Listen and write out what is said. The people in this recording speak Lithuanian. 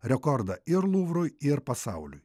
rekordą ir luvrui ir pasauliui